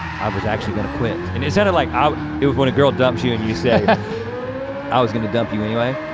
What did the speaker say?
i was actually gonna quit. and it sounded like it was when a girl dumps you and you said i was gonna dump you anyway.